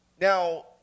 Now